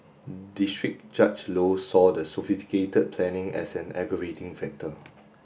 district Judge Low saw the sophisticated planning as an aggravating factor